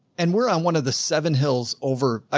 and we're on one of the seven hills over, i